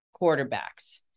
quarterbacks